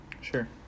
Sure